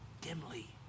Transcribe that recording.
dimly